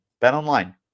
BetOnline